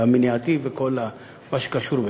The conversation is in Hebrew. המניעה וכל מה שקשור בכך.